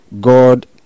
God